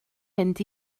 mynd